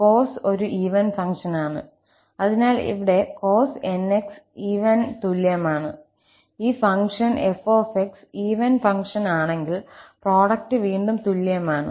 Cos ഒരു even ഫംഗ്ഷനാണ് അതിനാൽ ഇവിടെ cos nx ഈവൻ തുല്യമാണ് ഈ ഫംഗ്ഷൻ 𝑓𝑥 ഈവൻ ഫംഗ്ഷൻ ആണെങ്കിൽ പ്രോഡക്റ്റ് വീണ്ടും തുല്യമാണ്